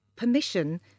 permission